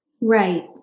Right